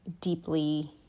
deeply